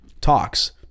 talks